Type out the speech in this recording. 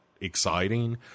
exciting